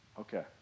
Okay